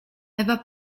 ewa